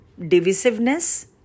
divisiveness